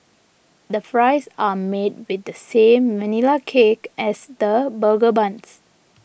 the fries are made with the same Vanilla Cake as the burger buns